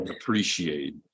appreciate